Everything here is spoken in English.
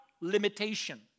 limitation